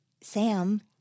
Sam